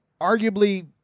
arguably